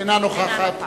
אינה נוכחת אינה נוכחת.